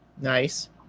Nice